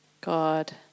God